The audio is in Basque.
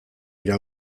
dira